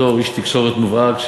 בתור איש תקשורת מובהק,